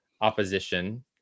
opposition